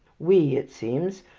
we, it seems,